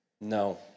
No